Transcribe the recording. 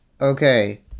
Okay